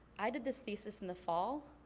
i did this thesis in the fall.